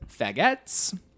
faggots